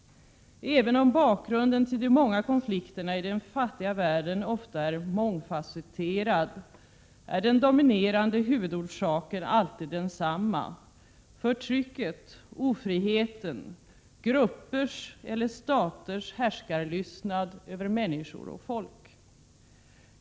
Även om bakgrunden till de många konflikterna i den fattiga världen ofta är mångfacetterad är den dominerande orsaken alltid densamma: förtrycket, ofriheten, gruppers eller staters härskarlystnad över människor och folk.